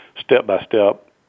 step-by-step